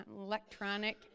electronic